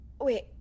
Wait